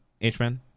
h-man